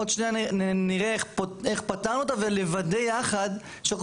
עוד שנייה נראה איך פתרנו אותה ולוודא יחד שאנחנו